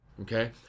okay